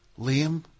Liam